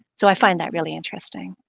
so i find that really interesting.